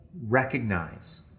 recognize